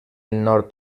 nord